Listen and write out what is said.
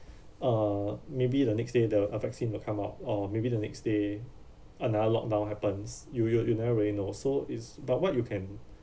uh maybe the next day the uh vaccine will come out or maybe the next day another lock-down happens you you you never really know so is but what you can